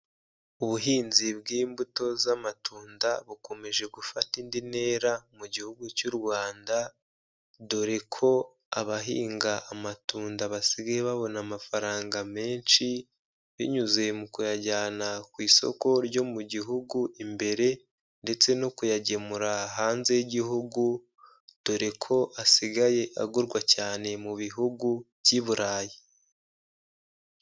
Ubuhinzi bw'imbuto z'amatunda bukomeje gufata indi ntera mu gihugu cy'u Rwanda, dore ko abahinga amatunda basigaye babona amafaranga menshi, binyuze mu kuyajyana ku isoko ryo mu gihugu imbere, ndetse no kuyagemura hanze y'igihugu, dore ko asigaye agurwa cyane mu bihugu by'Iburayi.